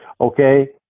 Okay